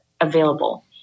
available